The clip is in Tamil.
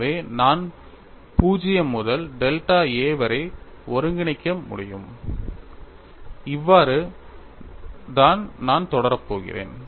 எனவே நான் 0 முதல் டெல்டா a வரை ஒருங்கிணைக்க முடியும் இவ்வாறு தான் நான் தொடரப் போகிறேன்